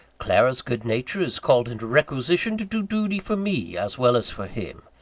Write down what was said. clara's good nature is called into requisition to do duty for me, as well as for him.